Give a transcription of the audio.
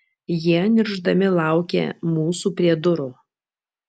jie niršdami laukė mūsų prie durų